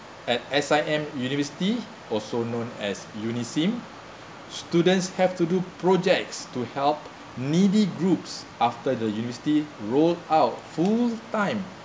at S_I_M university also known as unisim students have to do projects to help needy groups after the university rolled out full time